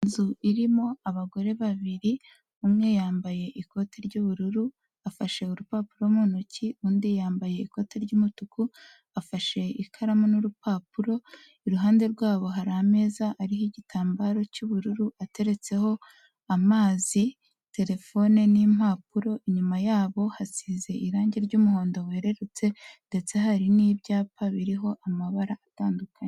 Inzu irimo abagore babiri, umwe yambaye ikoti ry'ubururu, afashe urupapuro mu ntoki, undi yambaye ikoti ry'umutuku, afashe ikaramu n'urupapuro, iruhande rwabo hari ameza ariho igitambaro cy'ubururu, ateretseho amazi, terefone n'impapuro, inyuma yabo hasize irangi ry'umuhondo werurutse ndetse hari n'ibyapa biriho amabara atandukanye.